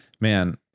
man